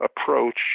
approach